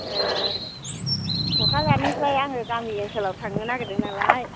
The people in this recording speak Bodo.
क'क्राझारनिफ्राय आं गामि ओनसोलाव थांनो नागिरदों नालाय